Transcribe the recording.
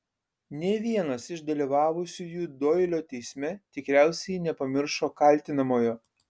nė vienas iš dalyvavusiųjų doilio teisme tikriausiai nepamiršo kaltinamojo